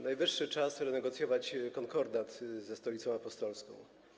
Najwyższy czas renegocjować konkordat ze Stolicą Apostolską.